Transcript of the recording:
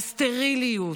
הסטריליות,